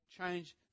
change